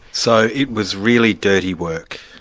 so it was really dirty work.